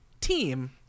team